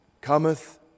cometh